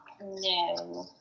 No